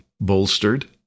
bolstered